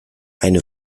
eine